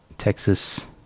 Texas